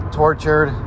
tortured